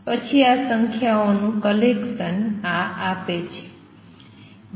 પછી આ સંખ્યાઓનું કલેકસન આ આપે છે